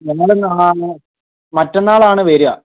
ഞങ്ങൾ നാളെ മറ്റന്നാളാണ് വരിക